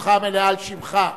זכותך המלאה על שמך.